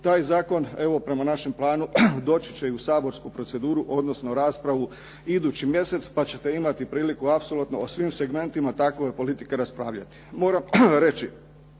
Taj zakon evo prema našem planu doći će i u saborsku proceduru, odnosno raspravu idući mjesec pa ćete imati priliku apsolutno o svim segmentima takve politike raspravljati. Moram reći